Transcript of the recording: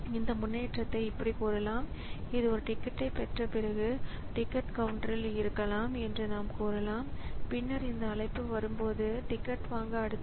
எனவே பரிமாற்றம் ஸிபியுவால் தொடங்கப்படுகிறது டிவைஸ் பரிமாற்றத்தைச் செய்தபின் இது பரிமாற்றம் முடிந்துவிட்டதாகக் கூறி ப்ராஸஸருக்கு ஒரு குறுக்கீட்டைக் கொடுக்கும்